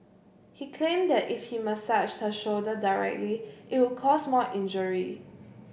he claimed that if he massaged her shoulder directly it would cause more injury